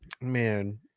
man